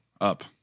up